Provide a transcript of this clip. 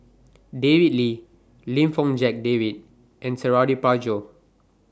David Lee Lim Fong Jock David and Suradi Parjo